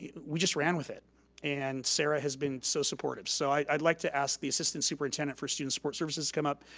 yeah we just ran with it and sara has been so supportive. so i'd like to ask the assistant superintendent for student support services come up,